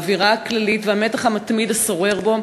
האווירה הכללית והמתח המתמיד השורר בו,